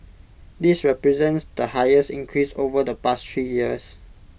this represents the highest increase over the past three years